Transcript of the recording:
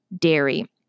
dairy